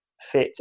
fit